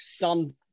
done